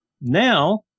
now